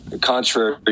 contrary